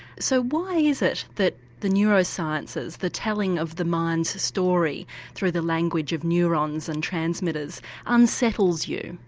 so why is it that the neurosciences, the telling of the mind's story through the language of neurons and transmitters unsettles you?